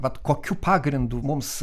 vat kokiu pagrindu mums